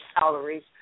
salaries